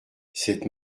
cette